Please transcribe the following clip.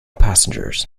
passengers